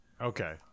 Okay